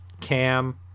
cam